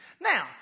Now